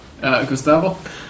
Gustavo